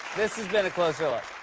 this has been a closer look.